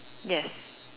yes